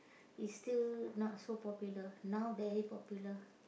it's still not so popular now very popular